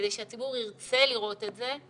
כדי שהציבור ירצה לראות את זה,